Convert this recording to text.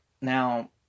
Now